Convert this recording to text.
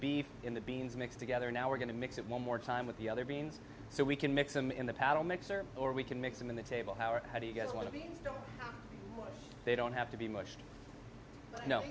beef in the beans mix together now we're going to mix it one more time with the other beans so we can mix them in the paddle mixer or we can mix them in the table howard how do you get one of the they don't have to be much no